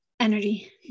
energy